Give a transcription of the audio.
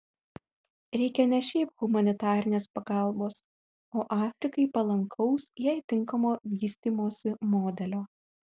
reikia ne šiaip humanitarinės pagalbos o afrikai palankaus jai tinkamo vystymosi modelio